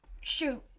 Shoot